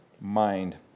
mind